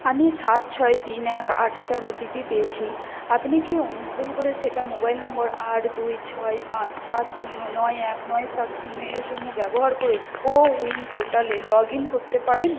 আমি সাত ছয় তিন এক আট চার ওটিপি পেয়েছি আপনি কি অনুগ্রহ করে সেটা মোবাইল নম্বর আট দুই ছয় পাঁচ সাত শূন্য নয় এক নয় সাত শূন্য এর জন্য ব্যবহার করে কোউইন পোর্টালে লগ ইন করতে পারেন